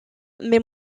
mais